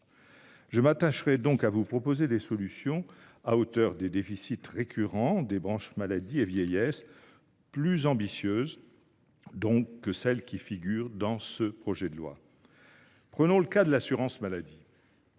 Je m’attacherai, quant à moi, à vous proposer des solutions à la hauteur des déficits récurrents des branches maladie et vieillesse, plus ambitieuses, donc, que celles qui figurent dans ce projet de loi. Concernant l’assurance maladie,